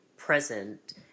present